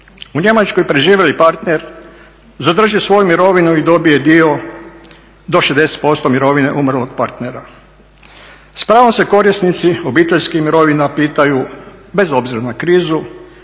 U Njemačkoj preživjeli partner zadrži svoju mirovinu i dobije dio do 60% mirovine umrlog partnera. S pravom se korisnici obiteljskih mirovina pitaju bez obzira na krizu